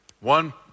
One